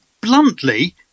Bluntly